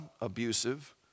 abusive